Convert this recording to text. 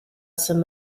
some